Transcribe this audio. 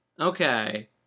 Okay